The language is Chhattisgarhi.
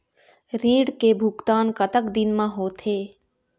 ऋण के भुगतान कतक दिन म होथे?